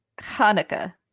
Hanukkah